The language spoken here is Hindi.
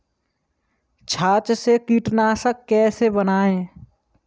छाछ से कीटनाशक कैसे बनाएँ?